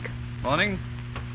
Morning